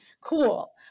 Cool